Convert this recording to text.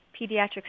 pediatric